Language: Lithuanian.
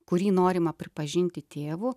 kurį norima pripažinti tėvu